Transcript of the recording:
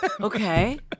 okay